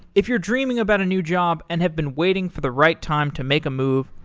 if you're dreaming about a new job and have been waiting for the right time to make a move,